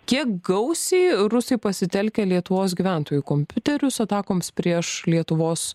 kiek gausiai rusai pasitelkę lietuvos gyventojų kompiuterius atakoms prieš lietuvos